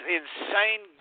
insane